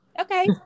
Okay